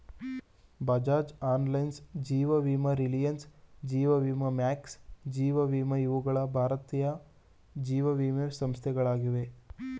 Bajaj Allianz, ಜೀವ ವಿಮಾ Reliance, ಜೀವ ವಿಮಾ ಮ್ಯಾಕ್ಸ್, ಜೀವ ವಿಮಾ ಇವುಗಳ ಭಾರತೀಯ ಜೀವವಿಮೆ ಸಂಸ್ಥೆಗಳಾಗಿವೆ